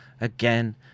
again